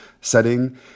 setting